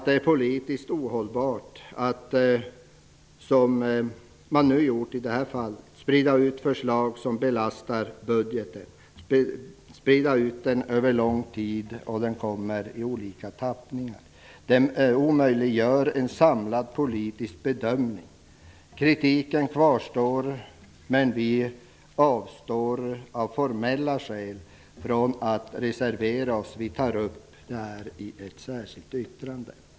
Det är politiskt ohållbart att, som man gjort i det här fallet, sprida ut förslag som belastar budgeten över en lång tid i olika tappningar. Det omöjliggör en samlad politisk bedömning. Kritiken kvarstår, men vi avstår av formella skäl från att reservera oss. Vi tar upp detta i ett särskilt yttrande.